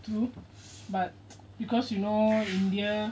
true but because you know india